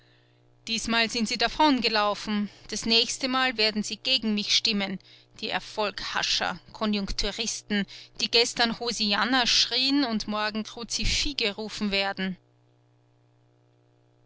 diesmal sind sie davongelaufen das nächstemal werden sie gegen mich stimmen die erfolghascher konjunkturisten die gestern hosianna schrieen und morgen crucifige rufen werden